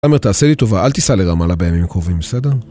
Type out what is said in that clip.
אמרת, תעשה לי טובה, אל תיסע לרמלה בימים קרובים, בסדר?